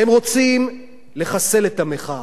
הם רוצים לחסל את המחאה.